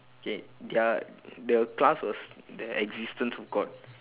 okay their the class was the existence of god